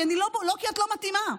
לא כי את לא מתאימה,